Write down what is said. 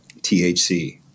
THC